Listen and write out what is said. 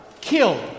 killed